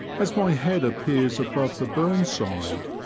as my head appears above the burn side,